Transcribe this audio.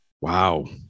Wow